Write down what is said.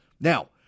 Now